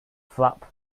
flap